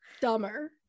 dumber